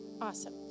Awesome